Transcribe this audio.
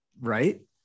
Right